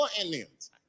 indians